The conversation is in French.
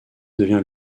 devient